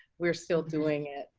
we're still doing it.